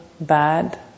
bad